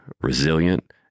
resilient